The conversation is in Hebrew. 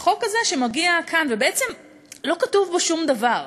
החוק הזה שמגיע כאן, בעצם לא כתוב בו שום דבר.